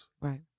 Right